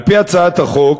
על-פי הצעת החוק